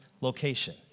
location